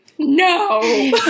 no